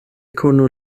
konu